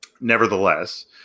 nevertheless